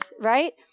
right